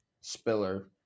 Spiller